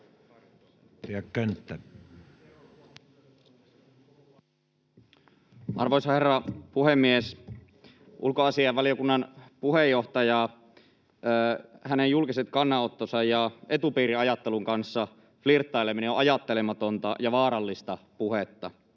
Arvoisa herra puhemies! Ulkoasiainvaliokunnan puheenjohtajan julkiset kannanotot ja etupiiriajattelun kanssa flirttaileminen on ajattelematonta ja vaarallista puhetta.